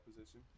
position